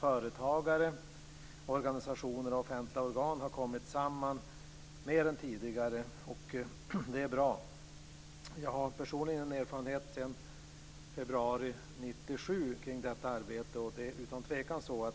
Företagare, organisationer och offentliga organ har kommit samman mer än tidigare. Det är bra. Jag har personligen erfarenhet av detta arbete sedan februari 1997.